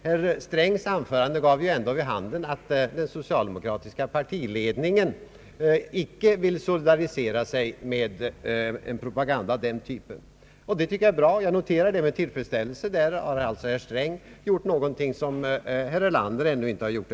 Herr Strängs anförande gav vid handen att den socialdemokratiska partiledningen inte vill solidarisera sig med en propaganda av just den typen. Det noterar jag med tillfredsställelse. I det här avseendet har herr Sträng alltså uttalat sig på ett sätt som herr Erlander ännu inte har gjort.